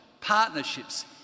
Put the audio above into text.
partnerships